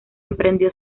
emprendió